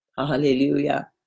hallelujah